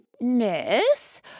Miss